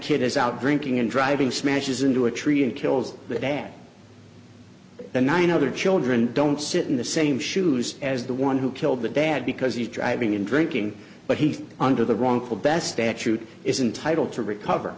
kid is out drinking and driving smashes into a tree and kills the dad the nine other children don't sit in the same shoes as the one who killed the dad because he's driving and drinking but he's under the wrongful best actually isn't title to recover